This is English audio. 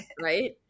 right